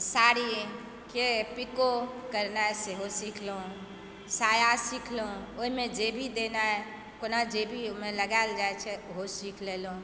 साड़ीक पीको करब सेहो सीखलहुँ साया सीखलहुँ ओहिमे जेबी देनाय कोना जेबी ओइमे लगायल जाइ छै ओहो सीख लेलहुँ